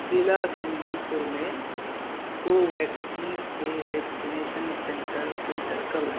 ضلع سنبل پور میں کوویکسین کے ویکسینیشن سینٹر فلٹر کرو